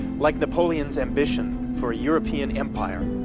like napoleon's ambition for a european empire,